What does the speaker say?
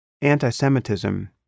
Anti-Semitism